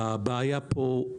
הבעיה פה,